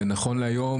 ונכון להיום,